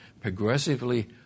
progressively